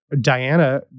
Diana